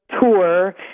tour